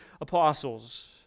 apostles